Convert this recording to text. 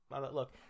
look